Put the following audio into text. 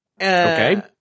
Okay